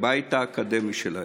הבית האקדמי שלהם.